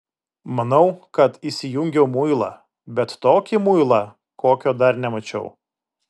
manau kad įsijungiau muilą bet tokį muilą kokio dar nemačiau